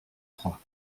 trois